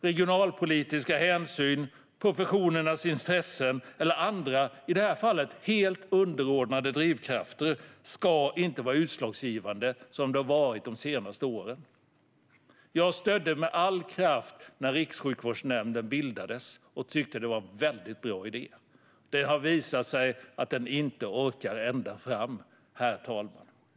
Regionalpolitiska hänsyn, professionernas intressen eller andra i det här fallet helt underordnade drivkrafter ska inte vara utslagsgivande, som de har varit de senaste åren. Jag stödde med all kraft bildandet av Rikssjukvårdsnämnden och tyckte att det var en väldigt bra idé. Men det har visat sig att den inte orkar ända fram, herr talman.